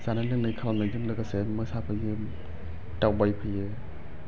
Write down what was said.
जानाय लोंनाय खालामनायजों लोगोसे मोसाफैयो दावबायफैयो